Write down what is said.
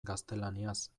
gaztelaniaz